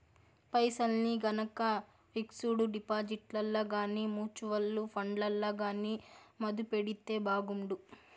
పైసల్ని గనక పిక్సుడు డిపాజిట్లల్ల గానీ, మూచువల్లు ఫండ్లల్ల గానీ మదుపెడితే బాగుండు